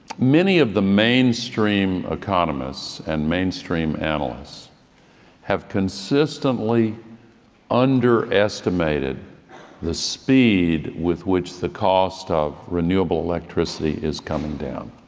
many of the mainstream economists and mainstream analysts have consistently underestimated the speed with which the cost of renewable electricity is coming down.